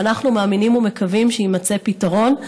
ואנחנו מאמינים ומקווים שיימצא פתרון,